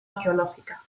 arqueológica